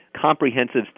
comprehensive